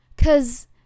Cause